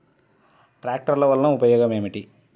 ట్రాక్టర్లు వల్లన ఉపయోగం ఏమిటీ?